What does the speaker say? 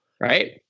right